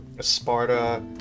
Sparta